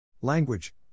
Language